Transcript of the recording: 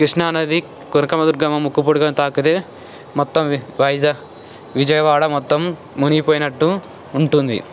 కృష్ణా నది కనకదుర్గమ్మ ముక్కుపుడకను తాకితే మొత్తం వైజాగ్ విజయవాడ మొత్తం మునిగిపోయినట్టు ఉంటుంది